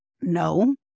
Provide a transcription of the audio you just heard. no